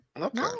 Okay